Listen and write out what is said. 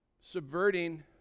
Subverting